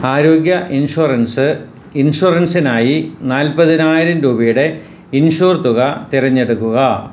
ആരോഗ്യ ഇൻഷുറൻസ് ഇൻഷുറൻസിനായി നാൽപ്പതിനായിരം രൂപയുടെ ഇൻഷുർ തുക തിരഞ്ഞെടുക്കുക